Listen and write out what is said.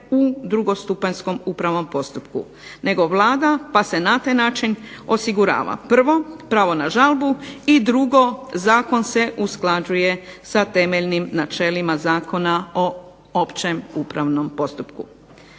u drugostupanjskom upravnom postupku, nego Vlada pa se na taj način osigurava 1. pravo na žalbu i 2. Zakon se usklađuje sa temeljnim načelima Zakona o općem upravnom postupku.